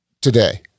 Today